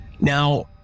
Now